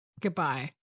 Goodbye